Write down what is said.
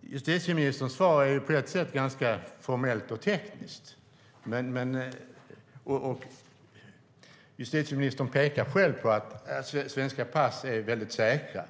Justitieministerns svar är på ett sätt ganska formellt och tekniskt. Justitieministern pekar på att svenska pass är väldigt säkra.